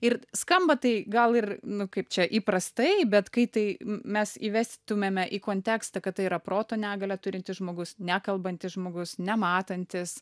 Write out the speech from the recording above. ir skamba tai gal ir nu kaip čia įprastai bet kai tai mes įvestumėme į kontekstą kad tai yra proto negalią turintis žmogus nekalbantis žmogus nematantis